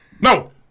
No